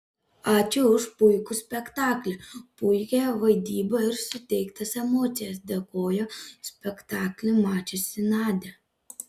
ačiū už puikų spektaklį puikią vaidybą ir suteiktas emocijas dėkojo spektaklį mačiusi nadia